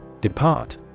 Depart